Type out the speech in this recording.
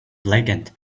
blackened